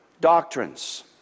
doctrines